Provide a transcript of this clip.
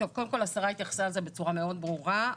קודם כל השרה התייחסה לזה בצורה מאוד ברורה,